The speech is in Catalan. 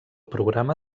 programa